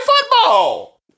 football